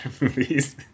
movies